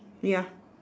ya